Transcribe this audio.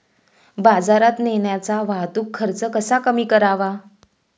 बाजारात नेण्याचा वाहतूक खर्च कसा कमी करावा?